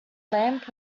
lamp